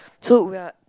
so we're